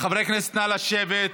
חברי הכנסת, נא לשבת.